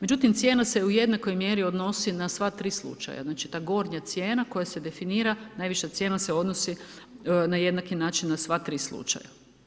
Međutim, cijena se u jednakoj mjeri odnosi na sva tri slučaja, znači ta gornja cijena koja se definira, najviša cijena se odnosi na jednaki način na sva tri slučaja.